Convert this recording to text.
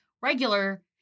regular